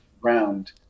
ground